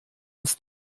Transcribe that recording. uns